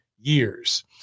years